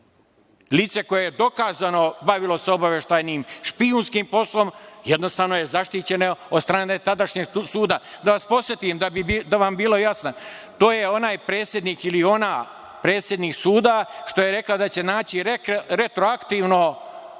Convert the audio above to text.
Lice koje je dokazano bavilo obaveštajnim, špijunskim poslom, jednostavno je zaštićeno od strane tadašnjeg suda. Da vas podsetim da bi vam bilo jasno, to je onaj predsednik ili ona predsednik suda što je rekla da će naći retroaktivno